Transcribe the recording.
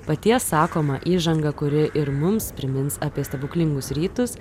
paties sakoma įžanga kuri ir mums primins apie stebuklingus rytus